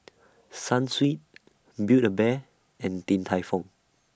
Sunsweet Build A Bear and Din Tai Fung